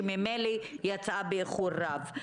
שממילא יצא באיחור רב.